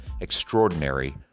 extraordinary